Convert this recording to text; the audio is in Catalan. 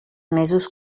mesos